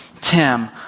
Tim